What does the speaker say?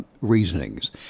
reasonings